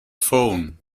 phone